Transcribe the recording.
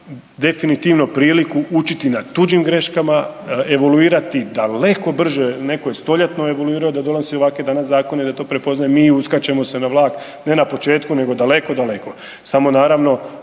učiti na tuđim greškama, evaluirati daleko brže, neko je stoljetno evaluirao da donosi ovakve danas zakone da to prepoznaje, mi uskačemo se na vlak ne na početku nego daleko daleko, samo naravno